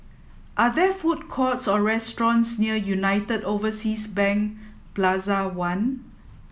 are there food courts or restaurants near United Overseas Bank Plaza One